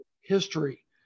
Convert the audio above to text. history